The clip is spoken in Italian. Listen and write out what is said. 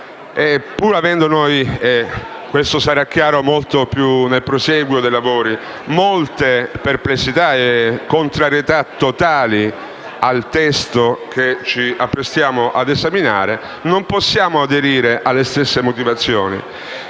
Pur avendo noi - e questo sarà chiaro nel prosieguo dei lavori - molte perplessità e contrarietà totali al testo che ci apprestiamo ad esaminare, non possiamo aderire alle stesse motivazioni.